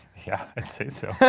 yeah, i'd say so.